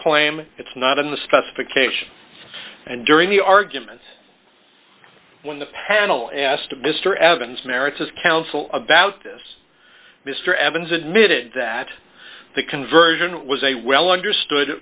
claim it's not in the specification and during the arguments when the panel asked mr evans merits of counsel about this mr evans admitted that the conversion was a well understood